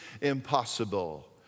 impossible